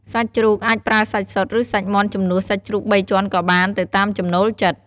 សាច់ជ្រូក អាចប្រើសាច់សុត ឬសាច់មាន់ជំនួសសាច់ជ្រូកបីជាន់ក៏បាន ទៅតាមចំណូលចិត្ត។